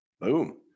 boom